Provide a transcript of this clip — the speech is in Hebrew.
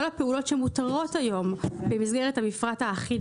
כל הפעולות שמותרות היום במסגרת המפרט האחיד